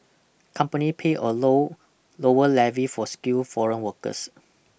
company pay a low lower levy for skilled foreign workers